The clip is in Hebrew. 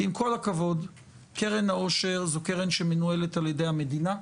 כי עם כל הכבוד קרן העושר זו קרן שמנוהלת על ידי המדינה,